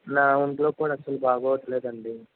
నా ఒంట్లో కూడ అసలు బాగోట్లేదండి